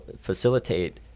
facilitate